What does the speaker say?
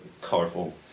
colorful